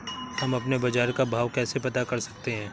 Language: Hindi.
हम अपने बाजार का भाव कैसे पता कर सकते है?